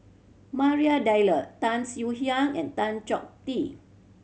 Maria Tan Swie Hian and Tan Chong Tee